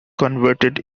converted